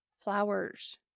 flowers